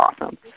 awesome